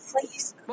please